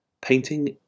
Painting